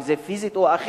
אם זה פיזית או אחרת,